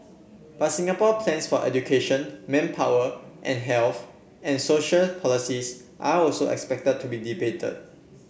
but Singapore's plans for education manpower and health and social policies are also expected to be debated